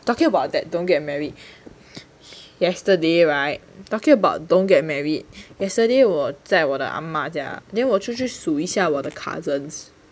talking about that don't get married yesterday [right] talking about don't get married yesterday 我在我的阿嬷家 then 我出去数一下我的 cousins